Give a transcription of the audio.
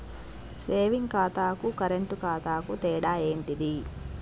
Saving ఖాతాకు current ఖాతాకు తేడా ఏంటిది?